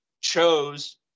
chose